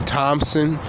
Thompson